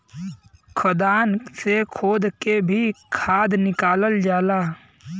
खदान से खोद के भी खाद निकालल जाला